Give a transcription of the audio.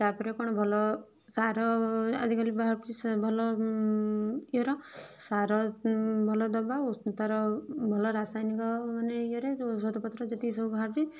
ତାପରେ କଣ ଭଲ ସାର ଆଜିକାଲି ବାହାରୁଛି ସା ଭଲ ଇଏର ସାର ଭଲ ଦେବା ଓଷ ତାର ଭଲ ରାସାୟନିକ ମାନେ ଇଏରେ ଯଉ ଔଷଧପତ୍ର ଯେତିକି ସବୁ ବାହାରୁଛି